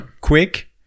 quick